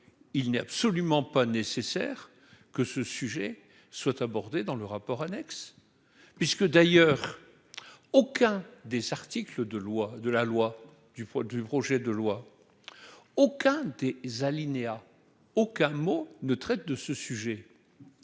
il n'est absolument pas nécessaire que ce sujet soit abordé dans le rapport annexe puisque d'ailleurs. Aucun des articles de loi de la loi du poids du projet de loi, aucun des alinéas aucun mot ne traite de ce sujet